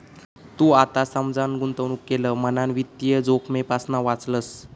तू आता समजान गुंतवणूक केलं म्हणान वित्तीय जोखमेपासना वाचलंस